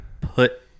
put